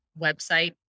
website